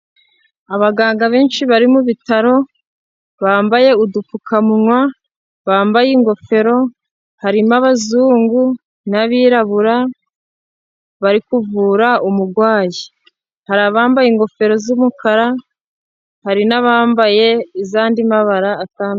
Abaganga benshi bari mu bitaro, bambaye udupfukawa, bambaye ingofero, harimo abazungu n'abirabura bari kuvura umugwayi, hari abambaye ingofero z'umukara, hari n'abambaye iz'andi mabara atandukanye.